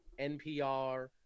NPR